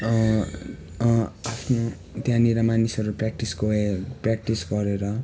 त्यहाँनिर मानिसहरू प्र्याक्टिस गए प्र्याक्टिस गरेर